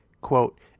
Quote